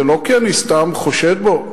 זה לא כי אני סתם חושד בו,